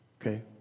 okay